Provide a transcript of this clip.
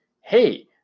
hey